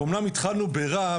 ואמנם התחלנו ברע,